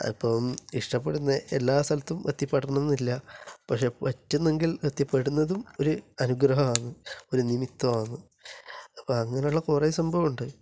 അതിപ്പം ഇഷ്ടപ്പെടുന്ന എല്ലാ സ്ഥലത്തും എത്തിപ്പെടണമെന്നില്ല പക്ഷേ പറ്റുന്നെങ്കിൽ എത്തിപ്പെടുന്നതും ഒരു അനുഗ്രഹമാണ് ഒരു നിമിത്തമാണ് അപ്പം അങ്ങനെയുള്ള കുറെ സംഭവം ഉണ്ട്